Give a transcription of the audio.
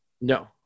No